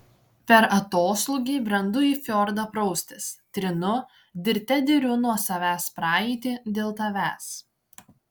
per atoslūgį brendu į fjordą praustis trinu dirte diriu nuo savęs praeitį dėl tavęs